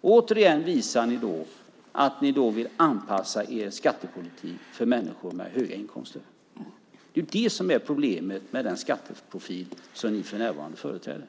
Återigen visar ni då att ni vill anpassa er skattepolitik till människor med höga inkomster. Det är det som är problemet med den skatteprofil som ni för närvarande företräder.